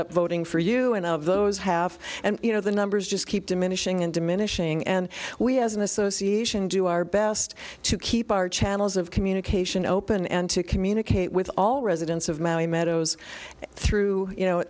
up voting for you and of those half and you know the numbers just keep diminishing and diminishing and we as an association do our best to keep our channels of communication open and to communicate with all residents of my meadows through you know